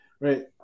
right